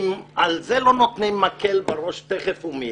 אם על זה לא נותנים מקל בראש תיכף ומייד,